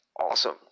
awesome